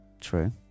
true